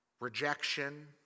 rejection